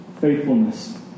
faithfulness